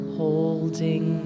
holding